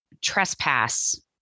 trespass